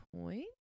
point